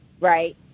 Right